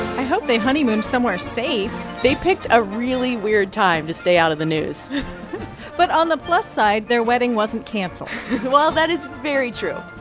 i hope they honeymooned somewhere safe they picked a really weird time to stay out of the news but on the plus side, their wedding wasn't canceled well, that is very true.